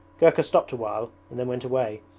gurka stopped awhile and then went away,